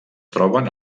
troben